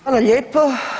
Hvala lijepo.